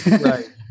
Right